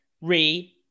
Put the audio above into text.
Re